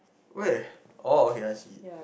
where oh okay I see it